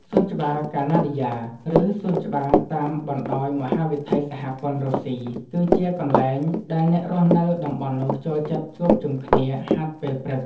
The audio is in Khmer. សួនច្បារកាណាឌីយ៉ា ឬសួនច្បារតាមបណ្ដោយមហាវិថីសហព័ន្ធរុស្ស៊ី គឺជាកន្លែងដែលអ្នករស់នៅតំបន់នោះចូលចិត្តជួបជុំគ្នាហាត់ពេលព្រឹក។